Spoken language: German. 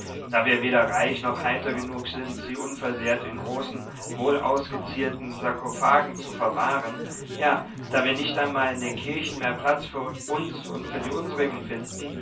da wir weder reich noch heiter genug sind sie unversehrt in großen wohlausgezierten sarkophagen zu verwahren ja da wir nicht einmal in den kirchen mehr platz für uns und für die unsrigen finden